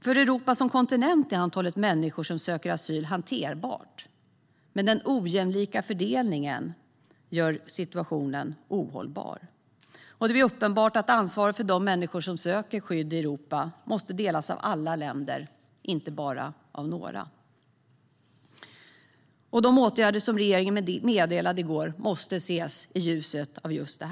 För Europa som kontinent är antalet människor som söker asyl hanterbart, men den ojämna fördelningen gör situationen ohållbar. Det blir uppenbart att ansvaret för dem som söker skydd i Europa måste delas av alla länder, inte bara av några. De åtgärder som regeringen meddelade i går måste ses i ljuset av detta.